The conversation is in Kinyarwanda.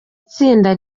itsinda